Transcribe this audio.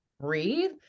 breathe